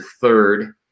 third